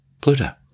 Pluto